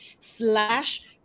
slash